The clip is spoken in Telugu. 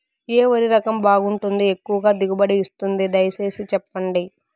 ఏ వరి రకం బాగుంటుంది, ఎక్కువగా దిగుబడి ఇస్తుంది దయసేసి చెప్పండి?